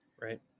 Right